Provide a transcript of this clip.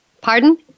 Pardon